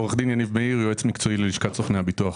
יועץ מקצועי, לשכת סוכני הביטוח.